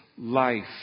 life